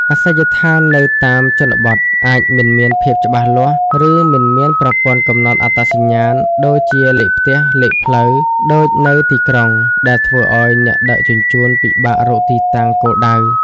អាសយដ្ឋាននៅតាមជនបទអាចមិនមានភាពច្បាស់លាស់ ឬមិនមានប្រព័ន្ធកំណត់អត្តសញ្ញាណ (ដូចជាលេខផ្ទះ លេខផ្លូវ) ដូចនៅទីក្រុង ដែលធ្វើឱ្យអ្នកដឹកជញ្ជូនពិបាករកទីតាំងគោលដៅ។